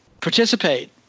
Participate